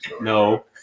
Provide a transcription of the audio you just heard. No